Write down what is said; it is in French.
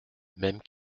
mêmes